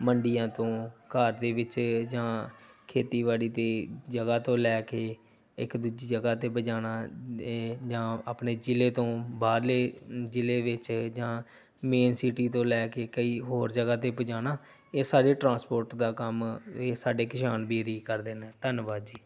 ਮੰਡੀਆਂ ਤੋਂ ਘਰ ਦੇ ਵਿੱਚ ਜਾਂ ਖੇਤੀਬਾੜੀ ਦੀ ਜਗ੍ਹਾ ਤੋਂ ਲੈ ਕੇ ਇੱਕ ਦੂਜੀ ਜਗ੍ਹਾ 'ਤੇ ਪਜਾਣਾ ਜਾਂ ਆਪਣੇ ਜ਼ਿਲ੍ਹੇ ਤੋਂ ਬਾਹਰਲੇ ਜ਼ਿਲ੍ਹੇ ਵਿੱਚ ਜਾਂ ਮੇਨ ਸਿਟੀ ਤੋਂ ਲੈ ਕੇ ਕਈ ਹੋਰ ਜਗ੍ਹਾ 'ਤੇ ਪਜਾਣਾ ਇਹ ਸਾਰੇ ਟਰਾਂਸਪੋਰਟ ਦਾ ਕੰਮ ਇਹ ਸਾਡੇ ਕਿਸਾਨ ਵੀਰ ਹੀ ਕਰਦੇ ਨੇ ਧੰਨਵਾਦ ਜੀ